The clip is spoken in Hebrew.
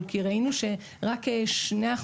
כי אנחנו מבינים שיש פה עניין של זכויות